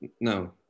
No